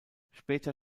später